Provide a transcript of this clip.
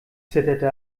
zitterte